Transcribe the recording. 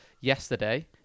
yesterday